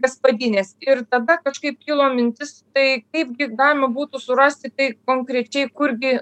gaspadinės ir tada kažkaip kilo mintis tai kaipgi galima būtų surasti tai konkrečiai kurgi